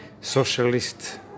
socialist